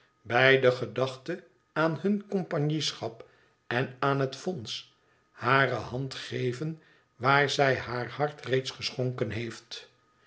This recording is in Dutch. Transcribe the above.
bij de ge kchte aan hun compagnieschap en aan het fonds thare hand geven waar zij haar hart reeds geschonken heeft